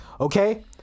Okay